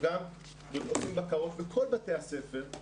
אנחנו עושים גם בקרות בכל בתי הספר,